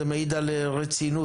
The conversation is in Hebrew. זה מעיד על רצינות.